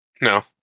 No